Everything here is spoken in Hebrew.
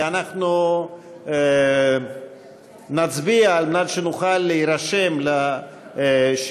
ואנחנו נצביע על מנת שנוכל להירשם לשאלות.